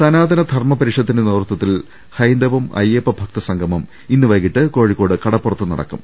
സനാതന ധർമ പരിഷത്തിന്റെ നേതൃത്വത്തിൽ ഹൈന്ദവം അയ്യപ്പഭ ക്തസംഗമം ഇന്ന് വൈകീട്ട് കോഴിക്കോട് കടപ്പുറത്ത് നടക്കും